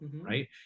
right